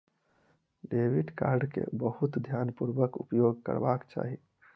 debit card के बहुत ध्यानपूर्वक उपयोग करबाक चाही